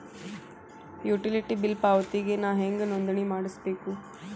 Utility bill ಪಾವತಿಗೆ ನಾ ಹೆಂಗ್ ನೋಂದಣಿ ಮಾಡ್ಸಬೇಕು?